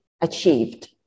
achieved